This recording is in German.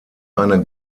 eine